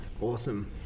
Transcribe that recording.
Awesome